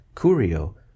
Curio